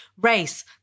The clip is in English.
race